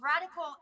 radical